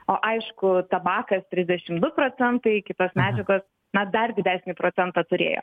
o aišku tabakas trisdešim du procentai kitos medžiagos na dar didesnį procentą turėjo